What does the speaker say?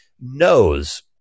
knows